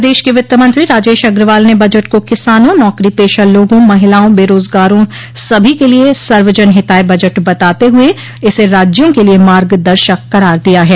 प्रदेश के वित्त मंत्री राजेश अग्रवाल ने बजट को किसानों नौकरीपेशा लोगों महिलाओं बेरोजगारों सभी के लिये सर्वजन हिताय बजट बताते हुए इसे राज्यों के लिये मार्गदर्शक करार दिया है